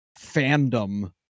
fandom